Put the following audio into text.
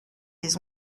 les